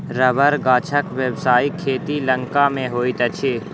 रबड़ गाछक व्यवसायिक खेती लंका मे होइत अछि